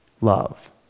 love